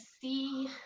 see